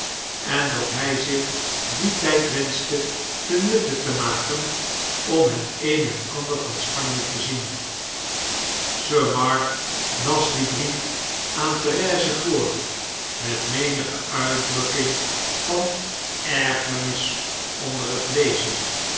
en dat hy zich dien tfid wenschte ten nutte te maken om het een en ander van s p an j e te zien sir mark las dien brief aan therese voor met menige uitdrukking van ergernis onder het lezen